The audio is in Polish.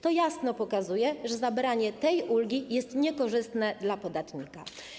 To jasno pokazuje, że zabranie tej ulgi jest niekorzystne dla podatnika.